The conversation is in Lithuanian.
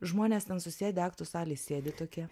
žmonės ten susėdę aktų salėj sėdi tokie